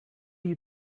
you